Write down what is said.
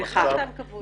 תהיה שם בעיה אקולוגית.